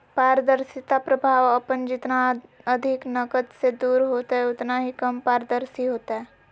पारदर्शिता प्रभाव अपन जितना अधिक नकद से दूर होतय उतना ही कम पारदर्शी होतय